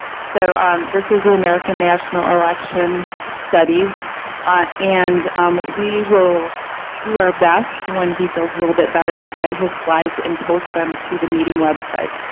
so ah um this is the american national election studies and we will do our best when he feels a little bit better to get his slides and post them to the meeting website.